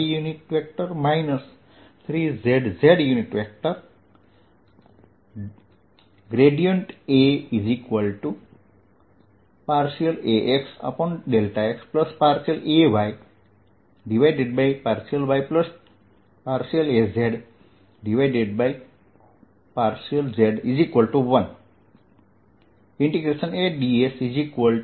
AdV dV L3 A2xx2yy 3zz